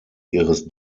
ihres